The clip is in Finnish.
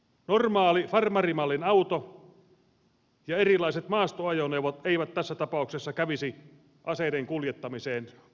normaali farmarimallin auto ja erilaiset maastoajoneuvot eivät tässä tapauksessa kävisi aseiden kuljettamiseen lainkaan